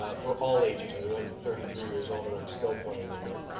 for all ages, i mean, i'm thirty three years old and i'm still playing in them.